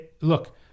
Look